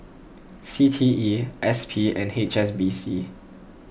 C T E S P and H S B C